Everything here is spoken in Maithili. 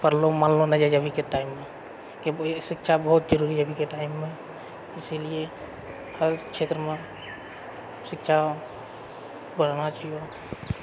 पढ़लो मानलो नहि जाइत छै अभीके टाइममे कि शिक्षा बहुत जरुरी है अभीके टाइममे इसीलिए हर क्षेत्रमे शिक्षा बढ़ाना चाहिओ